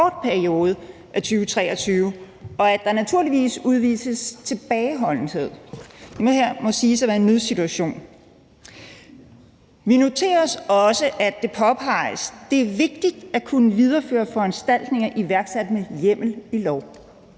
en kort periode af 2023, og at der naturligvis udvises tilbageholdenhed. Det her må siges at være en nødsituation. Vi noterer os også, at det påpeges, at det er vigtigt at kunne videreføre iværksatte foranstaltninger med hjemmel i lov